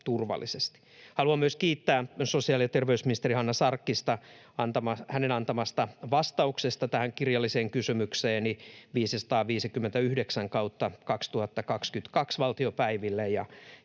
Haluan myös kiittää sosiaali- ja terveysministeri Hanna Sarkkista hänen antamastaan vastauksesta tähän kirjalliseen kysymykseeni 559/2022 vp.